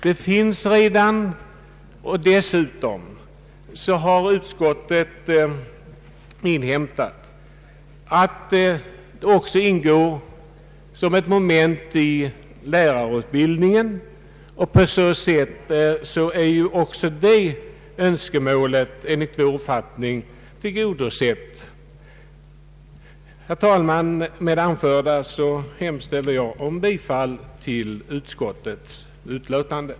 Denna information förekommer redan. Dessutom har utskottet inhämtat att handikapp frågorna redan ingår som ett moment i lärarutbildningen. Även det önskemålet är därmed enligt vår uppfattning tillgodosett. Herr talman! Med det anförda yrkar jag bifall till utskottets hemställan.